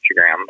Instagram